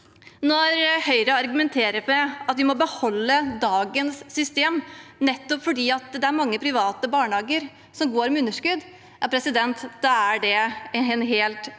Når Høyre argumenterer med at vi må beholde dagens system fordi det er mange private barnehager som går med underskudd, er det en helt feil